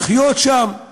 לחיות שם הדאגה,